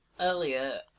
Earlier